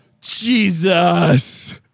Jesus